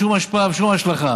שום השפעה ושום השלכה.